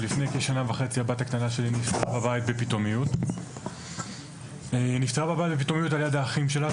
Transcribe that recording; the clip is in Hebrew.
לפני כשנה וחצי הבת הקטנה שלי נפטרה בבית בפתאומיות על יד האחים שלה.